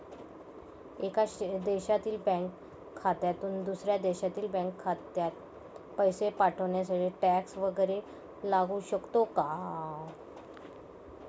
एका देशातील बँक खात्यातून दुसऱ्या देशातील बँक खात्यात पैसे पाठवण्यासाठी टॅक्स वैगरे लागू शकतो का?